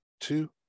two